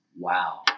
Wow